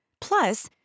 Plus